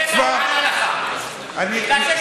תראה מה הוא ענה לך,